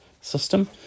system